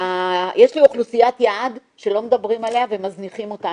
יש לי אוכלוסיית יעד שלא מדברים עליה ומזניחים אותה,